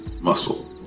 muscle